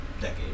decade